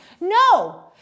No